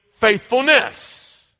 faithfulness